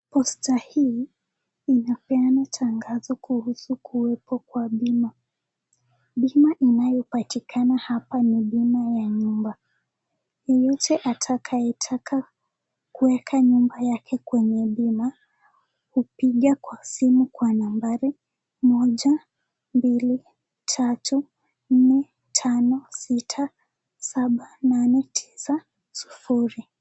Posta hii inapeana tangazo kuhusu kuwepo kwa bima. Bima inayopatikana hapa ni bima ya nyumba. Yeyote atakayetaka kuweka nyumba yake kwenye bima hupiga simu kwa nambari iliyowekwa kwenye posta.